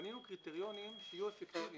בנינו קריטריונים שיהיו אפקטיביים.